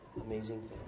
amazing